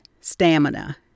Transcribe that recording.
stamina